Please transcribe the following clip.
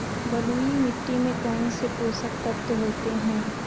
बलुई मिट्टी में कौनसे पोषक तत्व होते हैं?